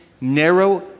narrow